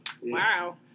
Wow